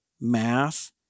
math